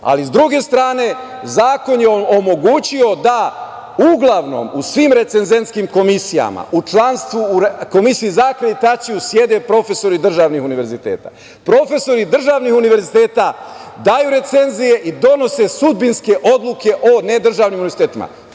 S druge strane, zakon je omogućio da uglavnom u svim recenzentskim komisijama, u članstvu Komisije za akreditaciju sede profesori državnih univerziteta. Profesori državnih univerziteta daju recenzije i donose sudbinske oduke o nedržavnim univerzitetima.